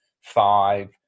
Five